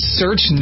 search